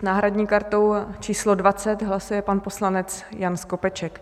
S náhradní kartou číslo 20 hlasuje pan poslanec Jan Skopeček.